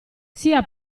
sia